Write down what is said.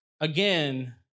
Again